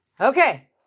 Okay